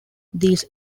these